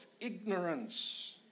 ignorance